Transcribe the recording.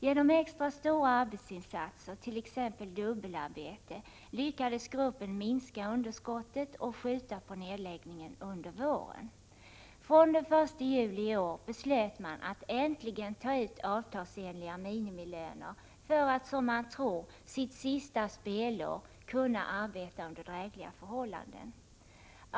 Genom extra stora arbetsinsatser, t.ex. dubbelarbete, lyckades gruppen minska sitt underskott och skjuta upp nedläggningen under våren. Från den 1 juli i år beslöt man att äntligen ta ut avtalsenliga minimilöner, ungefär 8 500 kr., för att — som man tror — sitt sista spelår kunna arbeta under drägliga förhållanden.